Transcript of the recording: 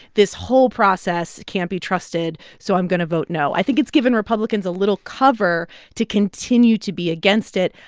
this whole process can't be trusted, so i'm going to vote no. i think it's given republicans a little cover to continue to be against it.